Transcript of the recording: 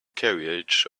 carriage